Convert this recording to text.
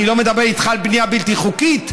אני לא מדבר איתך על בנייה בלתי חוקית,